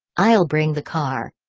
i'll bring the car.